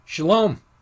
Shalom